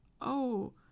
Oh